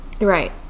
Right